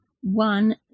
one